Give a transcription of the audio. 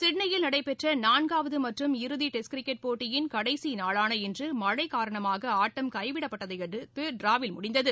சிட்னியில் நடைபெற்ற நான்காவது மற்றும் இறுதி டெஸ்ட் கிரிக்கெட் போட்டியின் கடைசி நாளான இன்று மழை காரணமாக ஆட்டம் கைவிடப்பட்டதையடுத்து டிராவில் முடிந்தது